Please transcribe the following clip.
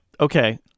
okay